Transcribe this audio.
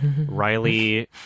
Riley